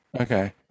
Okay